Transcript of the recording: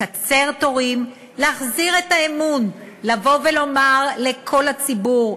לקצר תורים, להחזיר את האמון, לומר לכל הציבור: